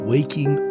Waking